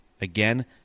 Again